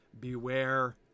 beware